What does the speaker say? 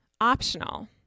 optional